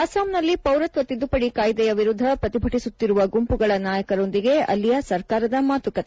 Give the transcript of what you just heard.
ಅಸ್ಪಾಂನಲ್ಲಿ ಪೌರತ್ವ ತಿದ್ದುಪಡಿ ಕಾಯ್ದೆಯ ವಿರುದ್ದ ಪ್ರತಿಭಟಿಸುತ್ತಿರುವ ಗುಂಪುಗಳ ನಾಯಕರೊಂದಿಗೆ ಅಲ್ಲಿಯ ಸರ್ಕಾರದ ಮಾತುಕತೆ